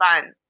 fun